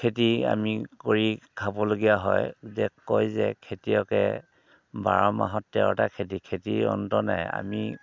খেতি আমি কৰি খাবলগীয়া হয় দে কয় যে খেতিয়কে বাৰ মাহত তেৰটা খেতি খেতিৰ অন্ত নাই আমি